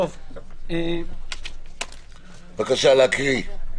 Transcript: בבקשה להקריא.